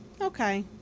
okay